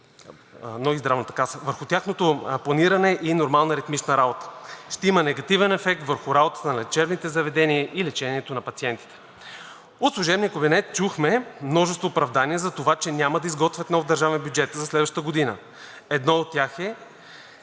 върху тяхното планиране и нормална ритмична работа, ще има негативен ефект върху работата на лечебните заведения и лечението на пациентите. От служебния кабинет чухме множество оправдания за това, че няма да изготвят нов държавен бюджет за следващата година. Едно от тях е,